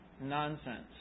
nonsense